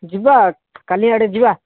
ଯିବା କାଲି ଆଡ଼େ ଯିବା